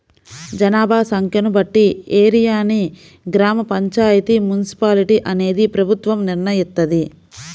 జనాభా సంఖ్యను బట్టి ఏరియాని గ్రామ పంచాయితీ, మున్సిపాలిటీ అనేది ప్రభుత్వం నిర్ణయిత్తది